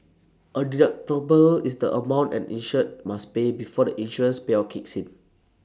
A deductible is the amount an insured must pay before the insurance payout kicks in